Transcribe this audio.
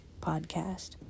podcast